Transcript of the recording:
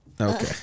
okay